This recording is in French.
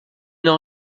n’en